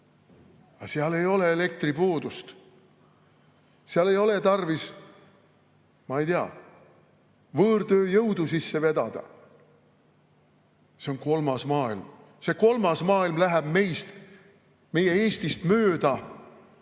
seal ei ole elektripuudust. Seal ei ole tarvis, ma ei tea, võõrtööjõudu sisse vedada. See on kolmas maailm ja see kolmas maailm läheb meist, meie Eestist, mööda.